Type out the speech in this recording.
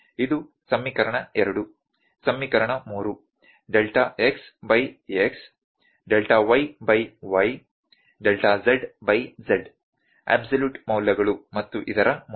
ಇದು ಸಮೀಕರಣ 2 ಸಮೀಕರಣ 3 delta x by x delta y by y delta z by z absolute ಮೌಲ್ಯಗಳು ಮತ್ತು ಇದರ ಮೊತ್ತ